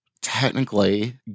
technically